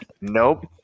Nope